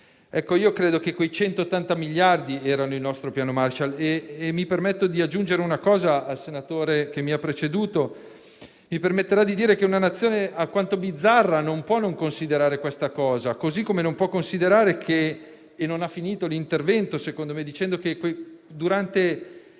Marshall. Credo che quei 180 miliardi fossero il nostro piano Marshall e mi permetto di dire una cosa al senatore che mi ha preceduto. Mi si permetterà di dire che una Nazione alquanto bizzarra non può non considerare questa cosa, così come - e non ha finito l'intervento, secondo me, dicendo che durante